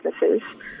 businesses